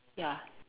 ya